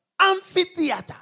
amphitheater